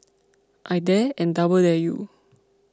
I dare and double dare you